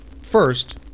first